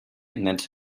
nennt